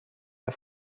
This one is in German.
der